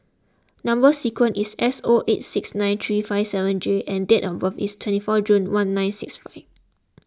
Number Sequence is S O eight six nine three five seven J and date of birth is twenty four June one nine six five